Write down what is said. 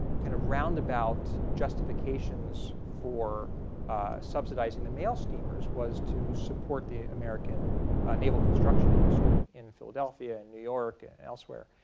kind of round-about justifications for subsidizing the mail steamers was to support the american naval construction industry in philadelphia and in new york and elsewhere.